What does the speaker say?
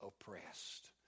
oppressed